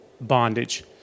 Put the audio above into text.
bondage